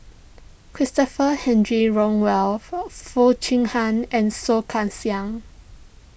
Christopher Rothwell Foo Chee Han and Soh Kay Siang